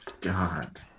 God